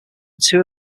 two